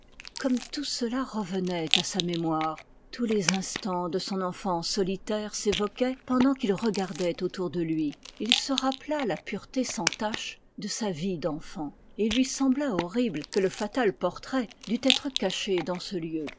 comme tout cela revenait à sa mémoire tous les instants de son enfance solitaire s'évoquaient pendant qu'il regardait autour de lui il se rappela la pureté sans tache de sa vie d'enfant et il lui sembla horrible que le fatal portrait dût être caché dans ce lieu